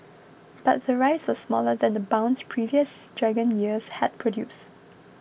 but the rise was smaller than the bounce previous Dragon years had produced